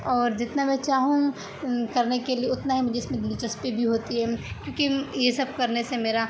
اور جتنا میں چاہوں کرنے کے لیے اتنا ہی مجھے اس میں دلچسپی بھی ہوتی ہے کیونکہ یہ سب کرنے سے میرا